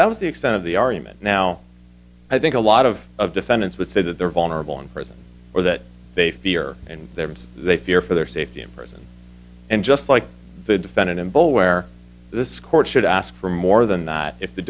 that was the extent of the argument now i think a lot of of defendants would say that they're vulnerable in prison or that they fear in their lives they fear for their safety in prison and just like the defendant in bowl where this court should ask for more than that if the